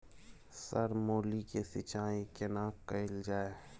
Sir मूली के सिंचाई केना कैल जाए?